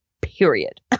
period